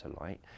light